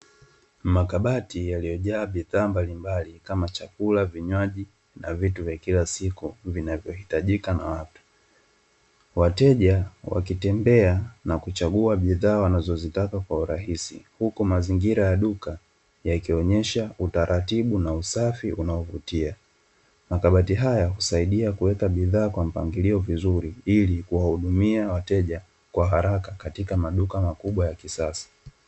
Makabati yaliyojaa bidhaa mbalimbali kama chakula, vinywaji na vitu vya kila siku vinavyohitajika na watu. Wateja wakitembea na kuchagua bidhaa wanazozitaka kwa urahisi, huku mazingira ya duka yakionyesha utaratibu na usafi unaovutia. Makabati haya husaidia kuweka bidhaa kwa mpangilio vizuri ili kuwahudumia wateja kwa haraka katika maduka makubwa ya kisasa.